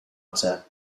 mater